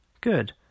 Good